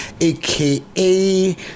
aka